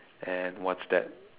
and what's that